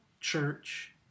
church